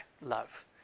love